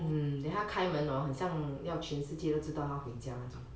hmm then 她开门 hor 很像要全世界都知道他回家